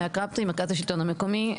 מאיה קרבטרי מרכז השלטון המקומי,